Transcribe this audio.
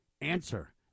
Answer